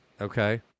Okay